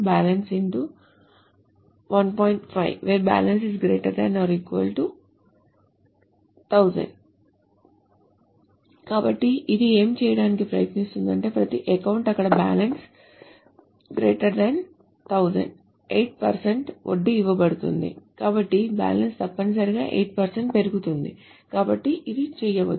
05 WHERE bal ≥ 1000 కాబట్టి ఇది ఏమి చేయడానికి ప్రయత్నిస్తుందటే ప్రతి అకౌంట్ అక్కడ బ్యాలెన్స్1000 8 వడ్డీ ఇవ్వబడుతుంది కాబట్టి బ్యాలెన్స్ తప్పనిసరిగా 8 పెరుగుతుంది కాబట్టి ఇది చేయవచ్చు